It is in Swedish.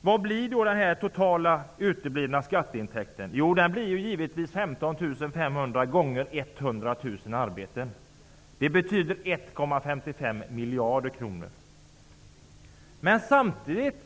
Vad blir då den totala uteblivna skatteintäkten? Jo, den blir givetvis 15 500 multiplicerat med 100 000 arbeten, vilket betyder 1,55 miljarder kronor. Men samtidigt